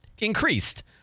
increased